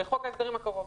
בחוק ההסדרים הקרוב.